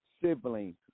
siblings